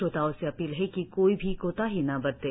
श्रोताओं से अपील है कि कोई भी कोताही न बरतें